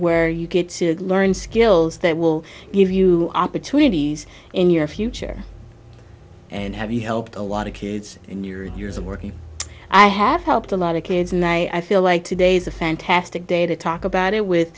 where you get to learn skills that will give you opportunities in your future and have you helped a lot of kids in your years of working i have helped a lot of kids and i feel like today's a fantastic day to talk about it with